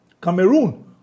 Cameroon